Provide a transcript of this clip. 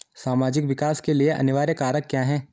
सामाजिक विकास के लिए अनिवार्य कारक क्या है?